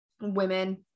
women